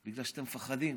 בגלל שאתם מפחדים.